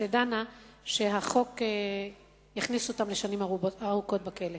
שתדענה שהחוק יכניס אותן לשנים ארוכות בכלא.